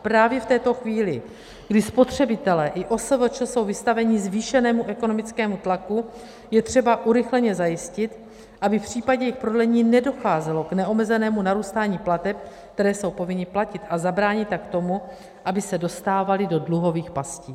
Právě v této chvíli, kdy spotřebitelé i OSVČ jsou vystaveni zvýšenému ekonomickému tlaku, je třeba urychleně zajistit, aby v případě jejich prodlení nedocházelo k neomezenému narůstání plateb, které jsou povinni platit, a zabránit tak tomu, aby se dostávali do dluhových pastí.